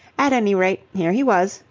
at any rate, here he was,